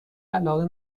علاقه